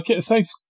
thanks